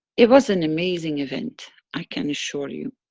it was an amazing event, i can assure you.